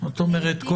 זאת אומרת,